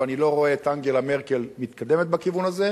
ואני לא רואה את אנגלה מרקל מתכוונת בכיוון הזה,